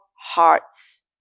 hearts